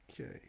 Okay